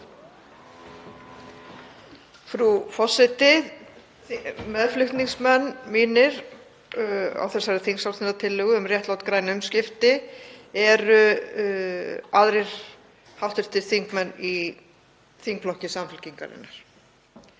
Frú forseti. Meðflutningsmenn mínir á þessari þingsályktunartillögu um réttlát græn umskipti eru aðrir hv. þingmenn í þingflokki Samfylkingarinnar.